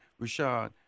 Rashad